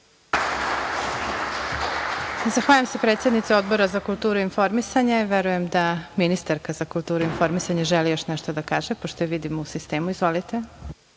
Zahvaljujem se predsednici Odbora za kulturu i informisanje. Verujem da ministarka za kulturu i informisanje želi još nešto da kaže pošto je vidim u sistemu. Izvolite.